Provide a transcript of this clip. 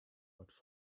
but